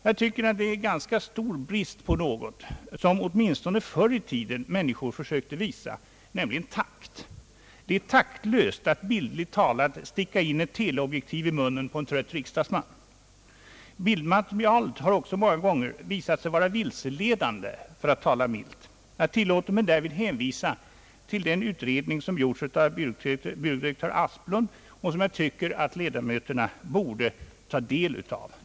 Jag tycker att vad som skett visar en ganska stor brist på något som åtminstone förr i tiden människor försökte visa, nämligen takt. Det är taktlöst att bildligt talat sticka in ett teleobjektiv i munnen på en trött riksdagsman. Bildmaterialet har också många gånger visat sig vara vilseledande, för att tala milt. Jag tilllåter mig därvid hänvisa till den utredning som gjorts av byrådirektör Asplund och som jag tycker att ledamöterna borde ta del av.